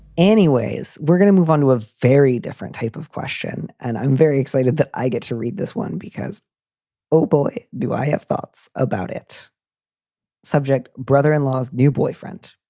anyways, we're gonna move on to a very different type of question. and i'm very excited that i get to read this one because oh, boy, do i have thoughts about it subject. brother in laws. new boyfriend.